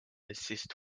assist